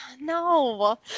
No